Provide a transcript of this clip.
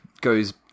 goes